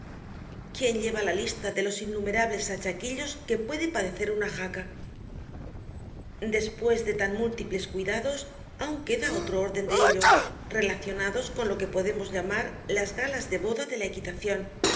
quién lleva lista de los innumerables achaquillos que puede padecer una jaca después de tan múltiples cuidados aun queda otro orden de ellos relacionados con lo que podemos llamar las galas de boda de la equitación el galápago de